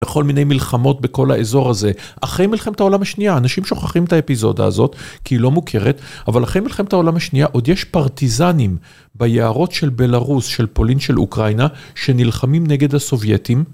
בכל מיני מלחמות בכל האזור הזה אחרי מלחמת העולם השנייה, אנשים שוכחים את האפיזודה הזאת כי היא לא מוכרת, אבל אחרי מלחמת העולם השנייה עוד יש פרטיזנים ביערות של בלרוס, של פולין, של אוקראינה, שנלחמים נגד הסובייטים.